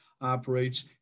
operates